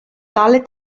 tale